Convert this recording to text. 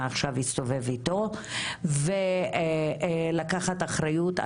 שמעכשיו יסתובב איתו ולקחת אחריות.